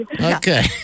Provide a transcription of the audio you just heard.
Okay